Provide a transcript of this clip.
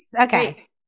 Okay